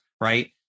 right